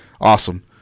Awesome